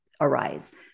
arise